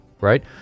Right